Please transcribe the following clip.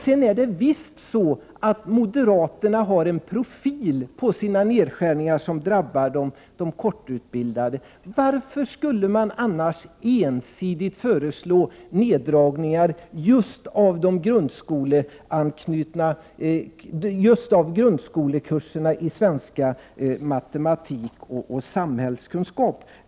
Det är vidare otvivelaktigt så att profilen på moderaternas nedskärningar drabbar de kortutbildade. Varför skulle man annars ensidigt föreslå neddragningar just på grundskolekurserna i svenska, matematik och samhällskunskap?